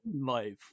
life